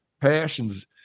passions